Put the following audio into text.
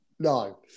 No